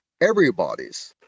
everybody's